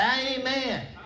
Amen